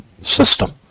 system